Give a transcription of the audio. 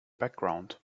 background